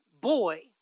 boy